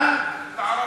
לערבים.